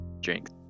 drinks